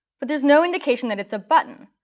but there's no indication that it's a button.